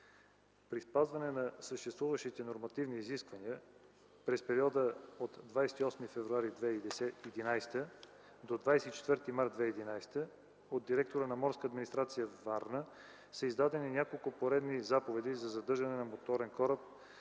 При спазване на съществуващите нормативни изисквания през периода от 28 февруари 2011 г. до 24 март 2011 г. от директора на „Морска администрация” – Варна, са издадени няколко поредни заповеди за задържане на моторен кораб